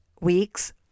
weeks